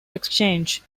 exchange